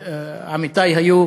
עמיתי, היו,